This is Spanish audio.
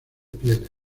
pieles